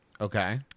Okay